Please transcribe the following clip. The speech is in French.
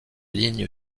ligne